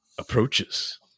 Approaches